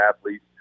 athletes